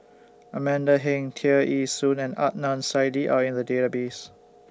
Amanda Heng Tear Ee Soon and Adnan Saidi Are in The Database